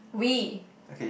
we